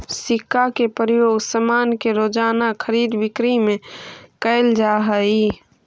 सिक्का के प्रयोग सामान के रोज़ाना खरीद बिक्री में कैल जा हई